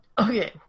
okay